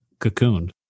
cocooned